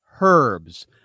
herbs